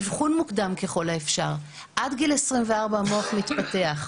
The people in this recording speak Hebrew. אבחון מוקדם ככל האפשר, עד גיל 24 המוח מתפתח,